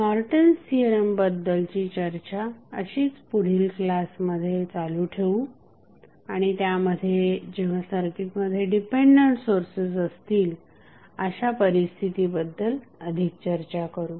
Norton's theorem बद्दलची चर्चा अशीच पुढील क्लासमध्ये चालू ठेवू आणि त्यामध्ये जेव्हा सर्किटमध्ये डिपेंडंट सोर्सेस असतील अशा परिस्थिती बद्दल अधिक चर्चा करू